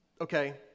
okay